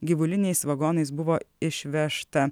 gyvuliniais vagonais buvo išvežta